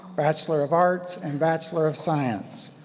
bachelor of arts, and bachelor of science.